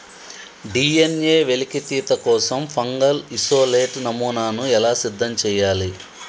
DNA వెలికితీత కోసం fungal isolate నమూనాను ఎలా సిద్ధం చెయ్యాలి?